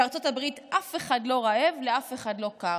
בארצות הברית אף אחד לא רעב, ולאף אחד לא קר.